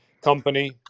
company